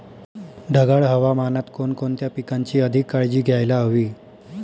ढगाळ हवामानात कोणकोणत्या पिकांची अधिक काळजी घ्यायला हवी?